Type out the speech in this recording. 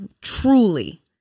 Truly